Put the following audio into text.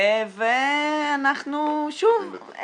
ואנחנו שוב,